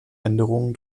änderungen